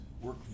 work